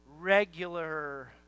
regular